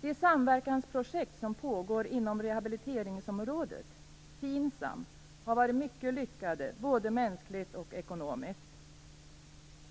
De samverkansprojekt som pågår inom rehabiliteringsområdet, FINSAM, har varit mycket lyckade både mänskligt och ekonomiskt.